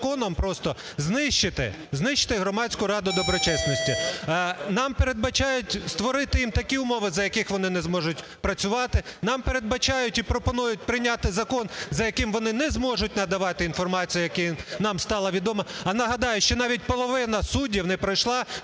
законом просто знищити, знищити Громадську раду доброчесності. Нам передбачають створити їм такі умови, за яких вони не зможуть працювати. Нам передбачають і пропонують прийняти Закон, за яким вони не зможуть надавати інформацію, яка нам стала відома. А нагадаю, що навіть половина суддів не пройшли